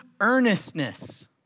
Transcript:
earnestness